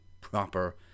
proper